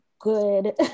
good